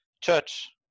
church